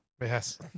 Yes